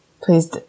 Please